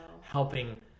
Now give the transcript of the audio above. helping